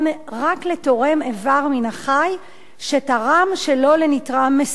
רק לתורם איבר מהחי שתרם שלא לנתרם מסוים.